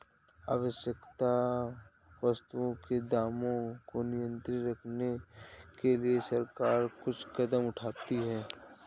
आवश्यक वस्तुओं के दामों को नियंत्रित रखने के लिए सरकार कुछ कदम उठाती है